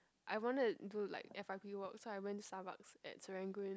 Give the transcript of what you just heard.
I wanted to do like f_y_p work so I went to Starbucks at Serangoon